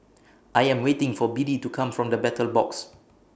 I Am waiting For Biddie to Come from The Battle Box